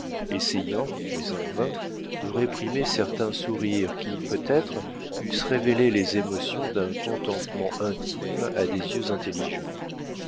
essayant mais en vain de réprimer certains sourires qui peut-être eussent révélé les émotions d'un contentement intime à des yeux intelligents